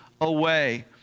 away